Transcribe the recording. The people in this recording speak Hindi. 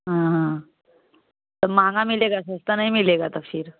हाँ हाँ तब महंगा मिलेगा सस्ता नहीं मिलेगा तो फिर